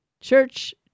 church